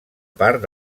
part